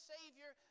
Savior